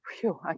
phew